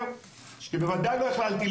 בוודאי לא הכללתי.